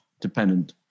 dependent